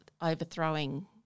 overthrowing –